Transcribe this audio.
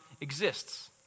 exists